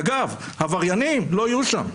אגב, עבריינים לא יהיו שם.